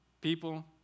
people